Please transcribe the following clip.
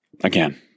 again